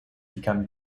become